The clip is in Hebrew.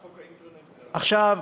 עכשיו,